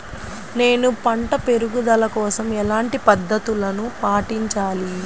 నేను పంట పెరుగుదల కోసం ఎలాంటి పద్దతులను పాటించాలి?